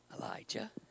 Elijah